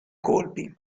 colpi